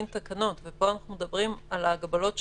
תקנות ופה אנחנו מדברים על ההגבלות שיחולו.